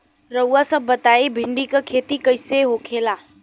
रउआ सभ बताई भिंडी क खेती कईसे होखेला?